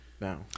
now